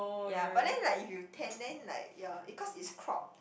ya but then like if you tan then like your it cause it's crop